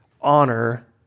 honor